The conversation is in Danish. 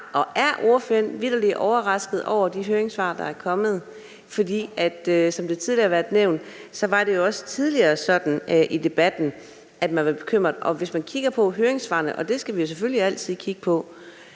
og er ordføreren vitterlig overrasket over de høringssvar, der er kommet? For som det tidligere har været nævnt, så var det også tidligere sådan i debatten, at man var bekymret. Og hvis man kigger på høringssvarene – og dem skal vi jo selvfølgelig altid kigge på,